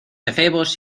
efebos